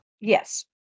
Yes